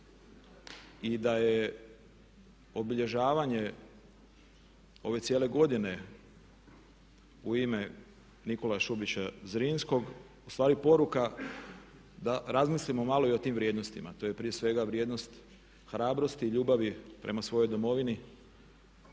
i da je obilježavanje ove cijele godine u ime Nikole Šubića Zrinskog u stvari poruka da razmislimo malo i o tim vrijednostima. To je prije svega vrijednost hrabrosti i ljubavi prema svojoj Domovini,